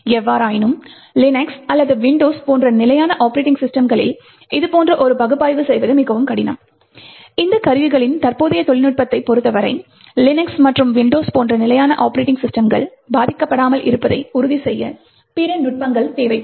எவ்வாறாயினும் லினக்ஸ் அல்லது விண்டோஸ் போன்ற நிலையான ஒப்பரேட்டிங் சிஸ்டம்களிள் இதுபோன்ற ஒரு பகுப்பாய்வு செய்வது மிகவும் கடினம் இந்த கருவிகளின் தற்போதைய தொழில்நுட்பத்தைப் பொறுத்தவரை லினக்ஸ் மற்றும் விண்டோஸ் போன்ற நிலையான ஒப்பரேட்டிங் சிஸ்டம்கள் பாதிக்கப்படாமல் இருப்பதை உறுதி செய்ய பிற நுட்பங்கள் தேவைப்படும்